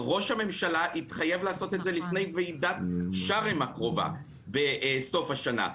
ראש הממשלה התחייב לעשות את זה לפני וועידת שארם הקרובה בסוף השנה.